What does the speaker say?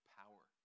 power